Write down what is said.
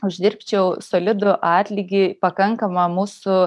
uždirbčiau solidų atlygį pakankamą mūsų